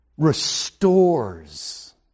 restores